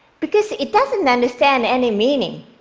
because it doesn't understand any meaning.